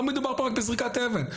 לא מדובר פה רק בזריקת אבן,